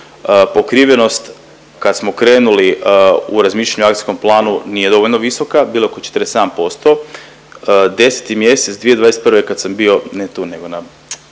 Pokrivenost kad smo krenuli u razmišljanje o akcijskom planu nije dovoljno visoka, bilo je oko 47%, 10. mjesec 2021. kad sam bio ne tu nego na